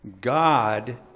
God